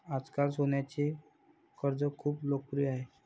आजकाल सोन्याचे कर्ज खूप लोकप्रिय आहे